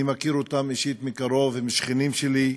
אני מכיר אותם אישית, מקרוב, הם שכנים שלי.